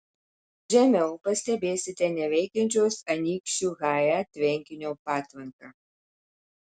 žemiau pastebėsite neveikiančios anykščių he tvenkinio patvanką